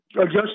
adjust